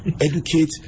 educate